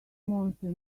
monster